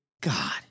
God